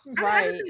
Right